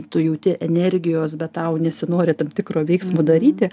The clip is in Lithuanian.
tu jauti energijos bet tau nesinori tam tikro veiksmo daryti